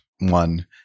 one